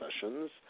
sessions